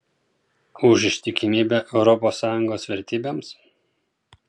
už ištikimybę europos sąjungos vertybėms